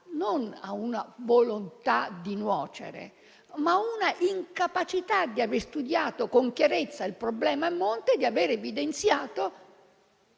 non a una volontà di nuocere, ma al non aver studiato con chiarezza il problema a monte e al non aver evidenziato